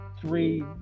three